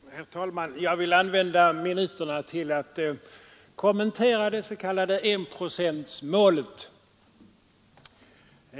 Herr talman! Jag vill använda minuterna till att kommentera det s.k. enprocentsmålet.